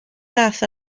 ddaeth